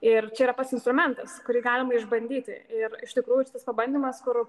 ir čia yra pats instrumentas kurį galima išbandyti ir iš tikrųjų čia tas pabandymas kur